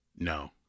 No